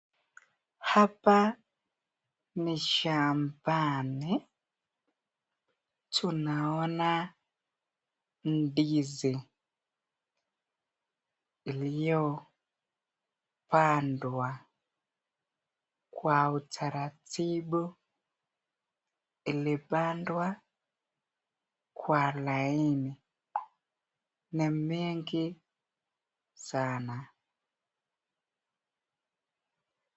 Hapa ni shambani tunaona ndizi iliyopandwa kwa utaratibu, ilipandwa kwa laini ni mengi sana.